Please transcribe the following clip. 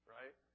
right